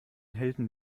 helden